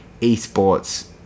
esports